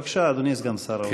בבקשה, אדוני סגן שר האוצר.